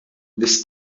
this